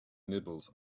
nibbles